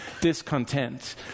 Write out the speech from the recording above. discontent